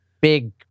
big